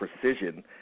precision